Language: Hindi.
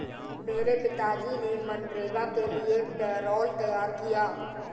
मेरे पिताजी ने मनरेगा के लिए पैरोल तैयार किया